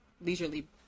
leisurely